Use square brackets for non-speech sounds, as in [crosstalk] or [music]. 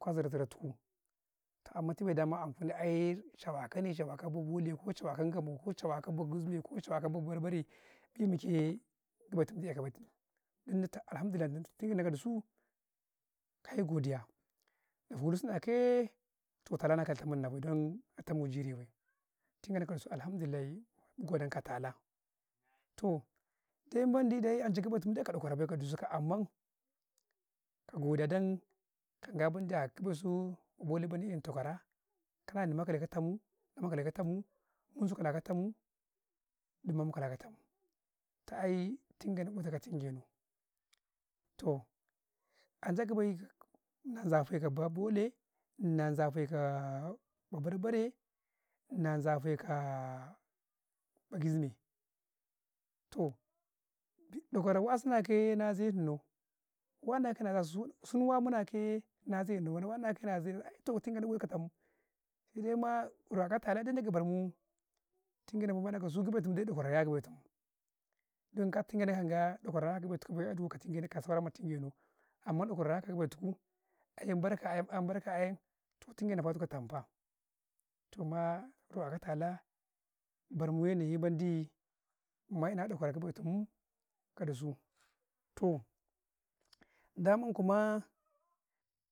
﻿Kwa zurau-zuratu ku ko amman, tu mai da ankun aye lawa kane, cawa kau babole, ko cawa kau gabau, ko cawa kau bagizi mai, ko cawa kau babar-bare gii mi kee [unintelligible] dan ta alhamdullah ga bay, Nnau ka du suu, sai godiya, na fulunsu na kayee, toh tala kai ta min na bay, dan na ta me ji rai bay, tun ge nau ka dusu alhamdillahi mun godan kau a tala, toh men mendi dai gabe mu ka ɗa kwara bay, ka dusu, kam amman kago da- dan ga ban da ka ka besu bole ba in ka takawara, kana Nnima kale katam mu mum ma mu kale ka to su, toh ai tin ge nau ita kau tin ge nau, toh ancai ka bay, nan zufa 'ye ka babolee, nazafe kaa babar-bare, nan zafe kaa bagizimai, toh ɗa kwarau wasu na ka yee, sa zai tu nau wana ka ya' 'yasu, suna muna ka yee na zai nau, nima nazai su, toh ai tinge nau ma ma kasu, ɗakwarau dai wa 'yasu bay don, toh ka tun ge nau gan ga, ɗa kwarau waka ga be tuku ayem, barka ayem toh tun ge nau ika tam faa toh maa ro kalah ka tala bar mu yanayi mendii ma e'nah ɗakwarau a gabe tu muu, ka dusu toh [noise] daman kuma.